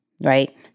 right